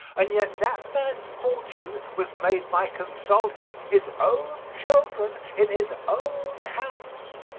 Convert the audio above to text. and yet that man's fortune was made by consulting his own children in his own house.